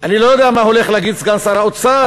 אני לא יודע מה הולך להגיד סגן שר האוצר,